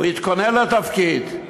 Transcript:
הוא יתכונן לתפקיד,